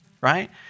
right